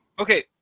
Okay